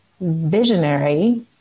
visionary